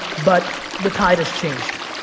but the tide has changed.